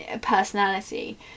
personality